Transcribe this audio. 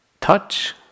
touch